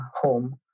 home